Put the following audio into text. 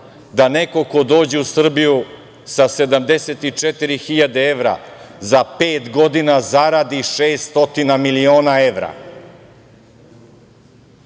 da neko ko dođe u Srbiju sa 74.000 evra za pet godina zaradi 600 miliona evra?